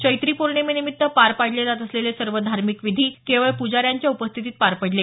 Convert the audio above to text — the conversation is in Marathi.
चैत्री पौर्णिमेनिमित्त पार पाडले जात असलेले सर्व धार्मिक विधी केवळ पुजाऱ्यांच्या उपस्थितीत पार पडले